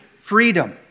freedom